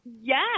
Yes